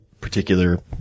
particular